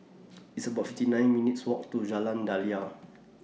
It's about fifty nine minutes' Walk to Jalan Daliah